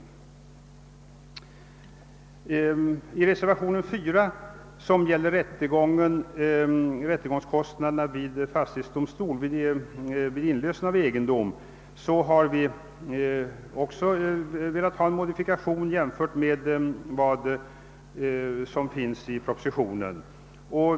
Också i reservationen IV, som gäller rättegångskostnaderna vid fastighetsdomstol vid inlösen av egendom, har vi velat få en modifikation i förhållande till vad som föreslås i propositionen.